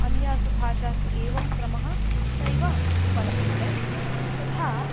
अन्यासु भाषासु एवं क्रमः नैव उपलभ्यते तथा